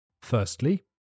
Firstly